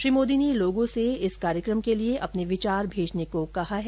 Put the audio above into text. श्री मोदी ने लोगों से इस कार्यक्रम के लिए अपने विचार भेजने को कहा है